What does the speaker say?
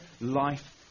life